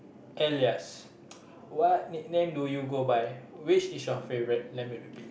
alias what nickname do you go by which is your favourite let me repeat